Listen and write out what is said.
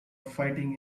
fighting